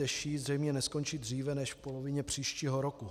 Bíteší zřejmě neskončí dříve než v polovině příštího roku.